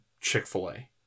Chick-fil-A